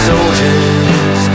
soldiers